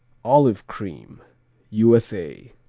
olive cream u s a.